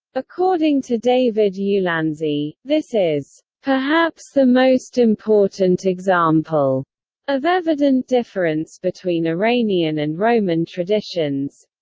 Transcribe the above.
according to david ulansey, this is perhaps the most important example of evident difference between iranian and roman traditions.